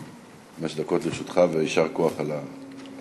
חמש דקות לרשותך, ויישר כוח על ההצעה.